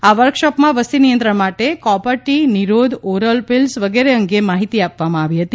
આ વર્કશોપમાં વસતિ નિયંત્રણ માટે કોપર ટી નિરોધ ઓરલ પીલ્સ વગેરે અંગે માહિતી આપવામાં આવી હતી